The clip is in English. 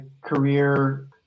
career